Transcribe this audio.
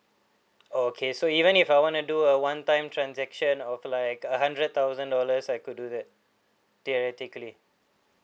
okay so even if I wanna do a one time transaction of like a hundred thousand dollars I could do that theoretically